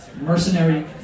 mercenary